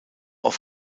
auf